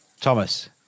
Thomas